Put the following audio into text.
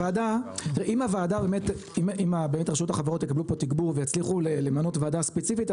אם באמת רשות החברות יקבלו פה תגבור ויצליחו למנות ועדה ספציפית,